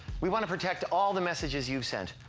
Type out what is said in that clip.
we want to protect all the messages you've sent,